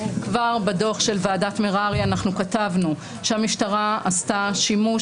כבר בדוח של ועדת מררי אנחנו כתבנו שהמשטרה עשתה שימוש